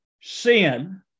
sin